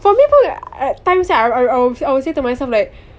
for me pun ad~ times yang I I I would say to myself like